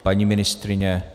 Paní ministryně?